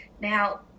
Now